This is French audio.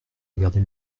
regarder